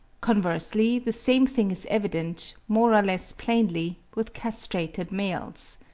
conversely, the same thing is evident, more or less plainly, with castrated males.